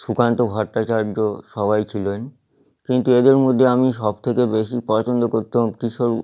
সুকান্ত ভট্টাচার্য সবাই ছিলেন কিন্তু এদের মধ্যে আমি সবথেকে বেশি পছন্দ করতুম কিশোর